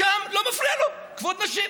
שם לא מפריע לו כבוד נשים,